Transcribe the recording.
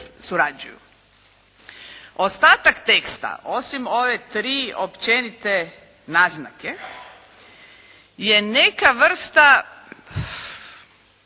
Ostatak teksta osim ove 3 općenite naznake, je neka vrsta